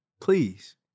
please